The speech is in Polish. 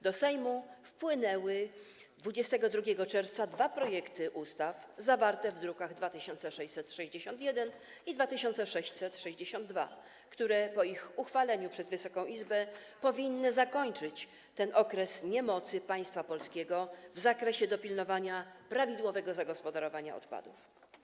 Do Sejmu 22 czerwca wpłynęły dwa projekty ustaw zawarte w drukach nr 2661 i 2662, które po ich uchwaleniu przez Wysoką Izby powinny zakończyć ten okres niemocy państwa polskiego w zakresie dopilnowania prawidłowego zagospodarowania odpadów.